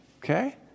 Okay